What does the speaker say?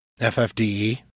FFDE